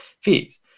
fees